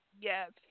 Yes